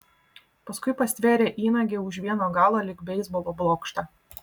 paskui pastvėrė įnagį už vieno galo lyg beisbolo blokštą